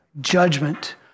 judgment